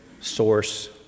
source